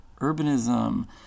Urbanism